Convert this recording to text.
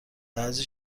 یعنی